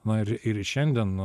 na ir ir šiandien